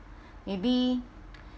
maybe